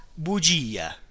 bugia